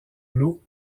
l’eau